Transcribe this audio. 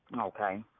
Okay